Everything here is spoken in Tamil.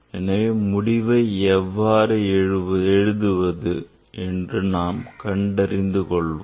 எனவே முடிவை எவ்வாறு எழுதுவது என்று நாம் அறிந்து கொள்வோம்